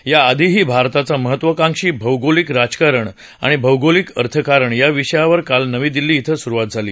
याआधीही भारताचा महत्त्वाकांक्षी भौगोलिक राजकारण आणि भौगोलिक अर्थकारण या विषयावर काल नवी दिल्ली कें सुरुवात झाली